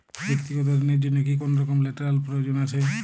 ব্যাক্তিগত ঋণ র জন্য কি কোনরকম লেটেরাল প্রয়োজন আছে?